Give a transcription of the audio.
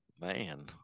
Man